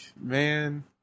man